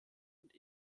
und